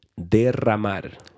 derramar